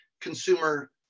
consumer